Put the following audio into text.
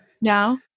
No